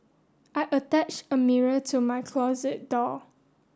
I attached a mirror to my closet door